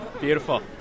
Beautiful